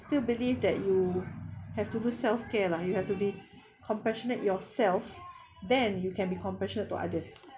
still believe that you have to do self care lah you have to be compassionate yourself then you can be compassionate to others